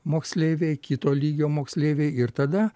moksleiviai kito lygio moksleiviai ir tada